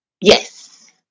Yes